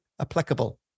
applicable